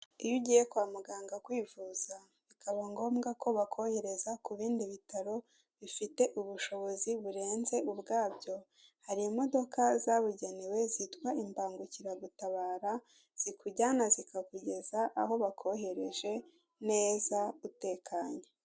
Iyo ugiye kwa muganga kwivuza, bikaba ngombwa ko bakohereza ku bindi bitaro bifite ubushobozi burenze ubwabyo, hari imodoka zabugenewe zitwa imbangukiragutabara, zikujyana zikakugeza aho bakoheje neza utekanye.